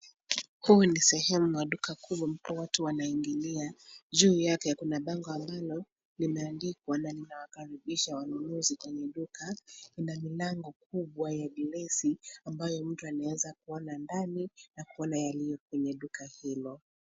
Huu ni sehemu wa duka kubwa ambapo watu wanaingilia. Juu yake, Kuna bango ambalo limeandikwa na linawakaribisha wanunuzi kwenye duka .Lina milango kubwa ya glesi ambayo mtu anaweza kuona ndani na kuona yaliyo kwenye duka hilo.